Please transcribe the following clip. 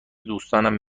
دوستانم